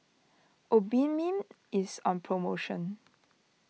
Obimin is on promotion